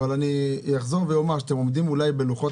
אבל אני אחזור ואומר שאתם עומדים אולי בלוחות